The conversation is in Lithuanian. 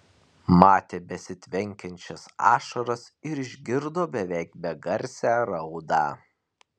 matė besitvenkiančias ašaras ir išgirdo beveik begarsę raudą